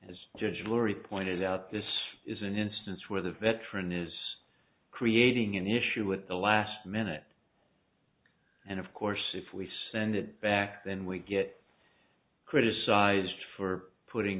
as judge jury pointed out this is an instance where the veteran is creating an issue with the last minute and of course if we send it back then we get criticized for putting